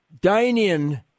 Dine-In